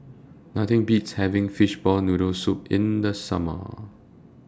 Nothing Beats having Fishball Noodle Soup in The Summer